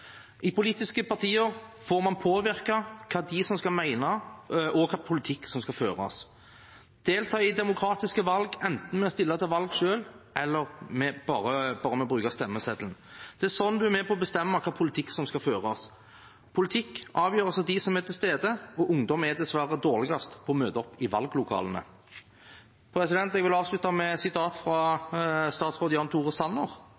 I politiske partier får man påvirke hva de skal mene, og hvilken politikk som skal føres. Gjennom å delta i demokratiske valg – enten vi stiller til valg selv eller bare bruker stemmeseddelen – er en med på å bestemme hvilken politikk som skal føres. Politikk avgjøres av dem som er til stede, og ungdom er dessverre dårligst på å møte opp i valglokalene. Jeg vil avslutte med et sitat fra statsråd Jan Tore Sanner.